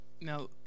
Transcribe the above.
now